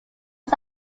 was